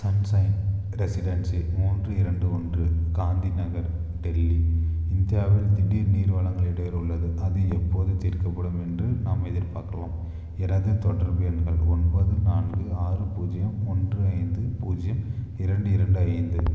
sunshine residency மூன்று இரண்டு ஒன்று காந்தி நகர் டெல்லி இந்தியாவில் திடீர் நீர் வழங்கல் இடையூறு உள்ளது அது எப்போது தீர்க்கப்படும் என்று நாம் எதிர்பார்க்கிறோம் எனது தொடர்பு எண்கள் ஒன்பது நான்கு ஆறு பூஜ்ஜியம் ஒன்று ஐந்து பூஜ்ஜியம் இரண்டு இரண்டு ஐந்து